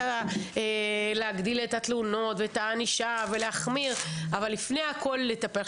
כן להגדיל את התלונות ואת הענישה ולהחמיר אבל לפני הכול לטפל.